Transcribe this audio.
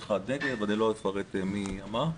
1% נגד, ולא אפרט מה נאמר.